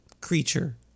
creature